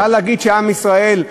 אפשר להגיד שעם ישראל,